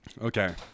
Okay